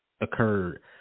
occurred